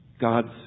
God's